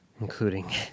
including